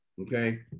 okay